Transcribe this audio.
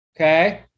Okay